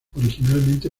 originalmente